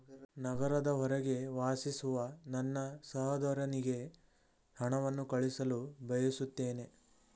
ನಗರದ ಹೊರಗೆ ವಾಸಿಸುವ ನನ್ನ ಸಹೋದರನಿಗೆ ಹಣವನ್ನು ಕಳುಹಿಸಲು ಬಯಸುತ್ತೇನೆ